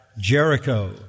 Jericho